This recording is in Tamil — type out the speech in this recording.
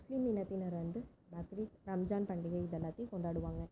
முஸ்லீம் இனத்தினர் வந்து ரம்ஜான் பக்ரீத் இது எல்லாத்தையும் கொண்டாடுவாங்க